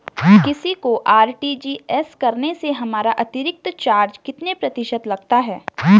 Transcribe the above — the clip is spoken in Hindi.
किसी को आर.टी.जी.एस करने से हमारा अतिरिक्त चार्ज कितने प्रतिशत लगता है?